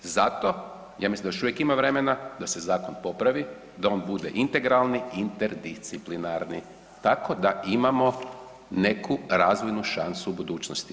Za to, ja mislim da još uvijek ima vremena da se zakon popravi, da on bude integralni i interdisciplinarni, tako da imamo neku razvoju šansu u budućnosti.